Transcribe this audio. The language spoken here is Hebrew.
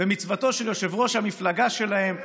במצוותו של יושב-ראש המפלגה שלהם,